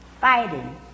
fighting